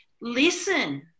listen